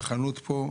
בחנות פה.